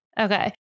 Okay